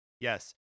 yes